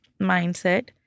mindset